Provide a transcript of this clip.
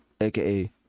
aka